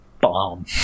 bomb